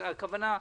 הכוונה,